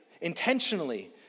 intentionally